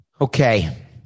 Okay